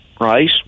right